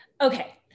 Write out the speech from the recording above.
Okay